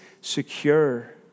secure